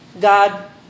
God